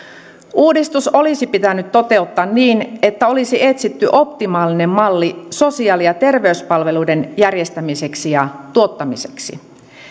uudistus olisi pitänyt toteuttaa niin että olisi etsitty optimaalinen malli sosiaali ja terveyspalveluiden järjestämiseksi ja tuottamiseksi